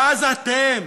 ואז אתם,